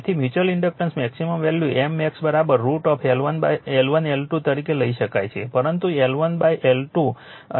તેથી મ્યુચ્યુઅલ ઇન્ડક્ટન્સનું maximum value M max √ L1 L2 તરીકે લઈ શકાય છે પરંતુ L1 બાય 2 નહીં